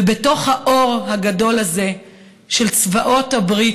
ובתוך האור הגדול הזה של צבאות הברית,